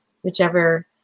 whichever